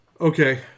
Okay